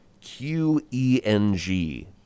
Q-E-N-G